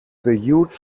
huge